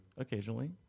Occasionally